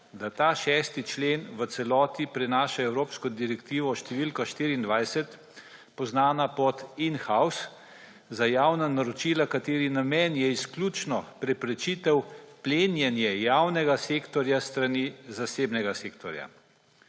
da ta 6. člena v celoti prenaša Evropsko direktivo številka 24, poznana pod »in house« za javna naročila, katerih namen je izključno preprečitev plenjenje javnega sektorja s strani zasebnega sektorja.